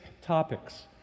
topics